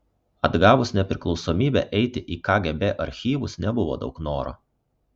atgavus nepriklausomybę eiti į kgb archyvus nebuvo daug noro